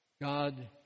God